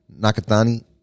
Nakatani